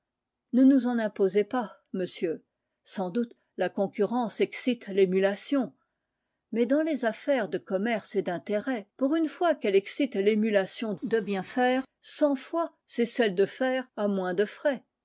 ne nous en imposez pas monsieur sans doute la concurrence excite l'émulation mais dans les affaires de commerce et d'intérêt pour une fois qu'elle excite l'émulation de bien faire cent fois c'est celle de faire à moins de frais